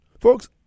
Folks